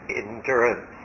endurance